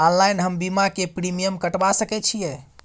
Online हम बीमा के प्रीमियम कटवा सके छिए?